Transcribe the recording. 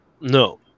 No